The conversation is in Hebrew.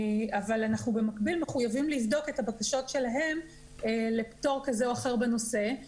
אבל אנחנו במקביל מחויבים לבדוק את הבקשות שלהם לפטור כזה או אחר בנושא.